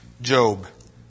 Job